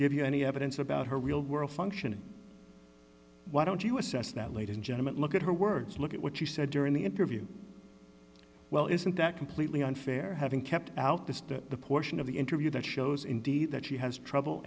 give you any evidence about her real world function why don't you assess that ladies and gentlemen look at her words look at what she said during the interview well isn't that completely unfair having kept out distant the portion of the interview that shows indeed that she has trouble